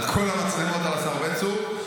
את כל המצלמות על השר בן צור.